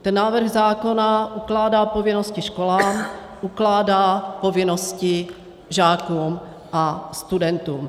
Ten návrh zákona ukládá povinnosti školám, ukládá povinnosti žákům a studentům.